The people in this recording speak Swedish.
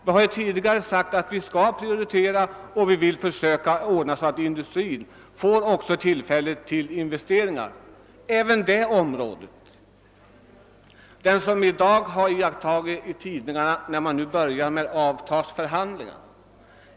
Vi har tidigare sagt att vi skall prioritera industriinvesteringar och även på annat sätt se till att industrin får möjlighet att göra utbyggnader. I dag har vi kunnat i tidningarna läsa att man har börjat med avtalsförhandlingarna.